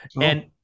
And-